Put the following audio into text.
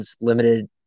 limited